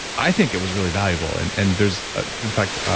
i think it was really valuable. and and there's ah in fact,